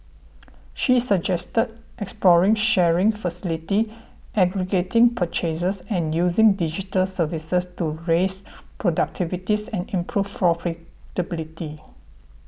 she suggested exploring sharing facilities aggregating purchases and using digital services to raise productivities and improve profitability